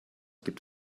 gibt